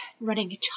running